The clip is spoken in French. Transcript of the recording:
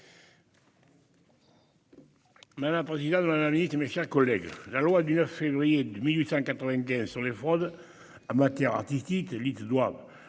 Madame la présidente, madame la ministre, mes chers collègues, la loi du 9 février 1895 sur les fraudes en matière artistique, dite loi